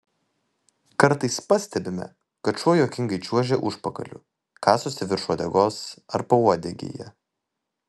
kartais pastebime kad šuo juokingai čiuožia užpakaliu kasosi virš uodegos ar pauodegyje